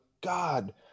god